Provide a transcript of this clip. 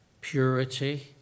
purity